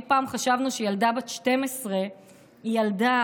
אם פעם חשבנו שילדה בת 12 היא ילדה,